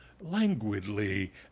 languidly